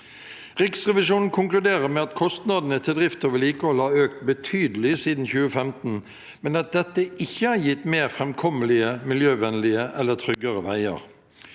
Riksrevisjonen konkluderer med at kostnadene til drift og vedlikehold har økt betydelig siden 2015, men at dette ikke har gitt mer framkommelige, mer miljøvennlige eller tryggere veier.